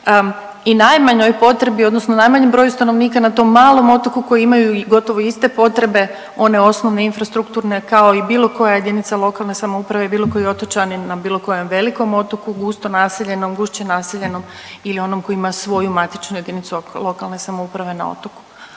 i najmanjoj potrebi odnosno najmanjem broju stanovnika na tom malom otoku koji imaju gotovo iste potrebe one osnovne infrastrukturne, kao i bilo koja JLS i bilo koji otočanin na bilo kojem velikom otoku, gusto naseljenom, gušće naseljenom ili onom koji ima svoju matičnu JLS na otoku, a da u tome